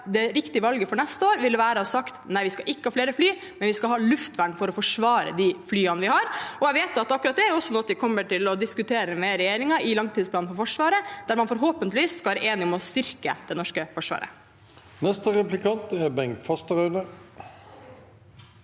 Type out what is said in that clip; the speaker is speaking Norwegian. riktige valget for neste år ville være å si at vi ikke skal ha flere fly, men vi skal ha luftvern for å forsvare de flyene vi har. Jeg vet at akkurat det er noe vi også kommer til å diskutere med regjeringen i langtidsplanen for Forsvaret, der man forhåpentligvis blir enige om å styrke det norske forsvaret. Bengt Fasteraune